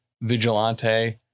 vigilante